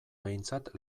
behintzat